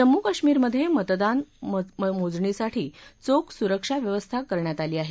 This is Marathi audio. जम्मू कश्मीरमधे मतदान मोजणीसाठी चोख सुरक्षा व्यवस्था करण्यात आली आहे